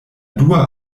dua